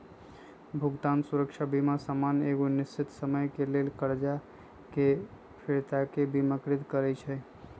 भुगतान सुरक्षा बीमा सामान्य एगो निश्चित समय के लेल करजा के फिरताके बिमाकृत करइ छइ